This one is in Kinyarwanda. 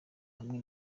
hamwe